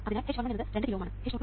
അതിനാൽ h11 എന്നത് 2 kilo Ω ആണ്